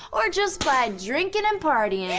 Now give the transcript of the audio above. or just by drinkin' and partyin'. yeah